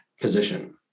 position